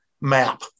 map